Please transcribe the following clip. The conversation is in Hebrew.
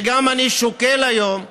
ואני גם שוקל היום להחזיר,